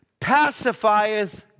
pacifieth